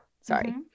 Sorry